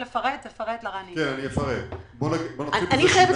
אני יודעת